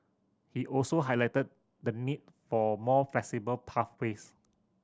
he also highlighted the need for more flexible pathways